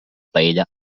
paella